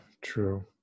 true